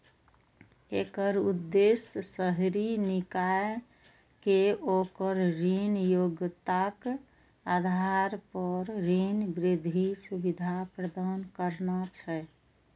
एकर उद्देश्य शहरी निकाय कें ओकर ऋण योग्यताक आधार पर ऋण वृद्धि सुविधा प्रदान करना छै